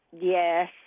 Yes